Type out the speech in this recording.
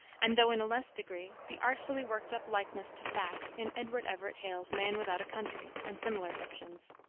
and, though in a less degree, the artfully worked up likeness to fact in edward everett hale's man without a country, and similar fictions.